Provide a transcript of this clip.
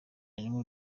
anywa